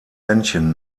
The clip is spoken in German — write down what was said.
männchen